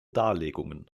darlegungen